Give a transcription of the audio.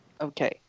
Okay